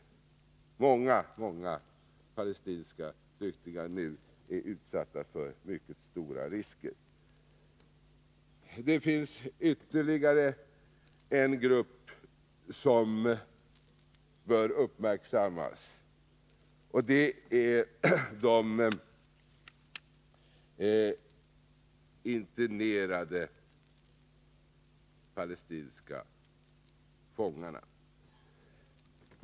Många palestinska flyktingar är nu utsatta för mycket stora risker. Det finns ytterligare en grupp som bör uppmärksammas. Det är de internerade palestinska fångarna.